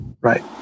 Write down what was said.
Right